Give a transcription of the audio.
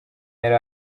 yari